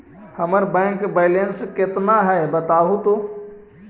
हमर bank balance केतना है बताहु तो?